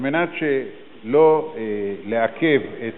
כדי שלא לעכב את